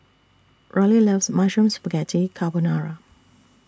Rollie loves Mushroom Spaghetti Carbonara